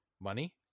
Money